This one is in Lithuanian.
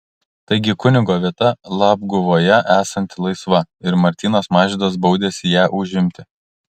taigi kunigo vieta labguvoje esanti laisva ir martynas mažvydas baudėsi ją užimti